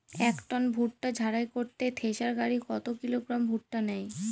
এক টন ভুট্টা ঝাড়াই করতে থেসার গাড়ী কত কিলোগ্রাম ভুট্টা নেয়?